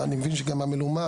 ואני מבין שגם המלומד,